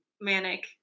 manic